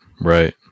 right